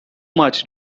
much